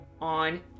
on